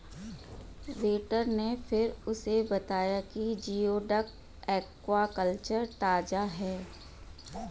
waiter ने फिर उसे बताया कि जिओडक एक्वाकल्चर ताजा है